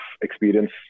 experience